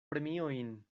premiojn